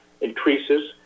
increases